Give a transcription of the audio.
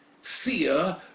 fear